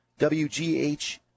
WGH